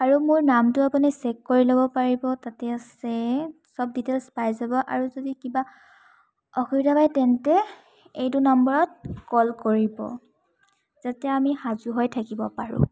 আৰু মোৰ নামটো আপুনি চেক কৰি ল'ব পাৰিব তাতে আছে চব ডিটেইলছ পাই যাব আৰু যদি কিবা অসুবিধা পায় তেন্তে এইটো নম্বৰত কল কৰিব যাতে আমি সাজু হৈ থাকিব পাৰোঁ